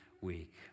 week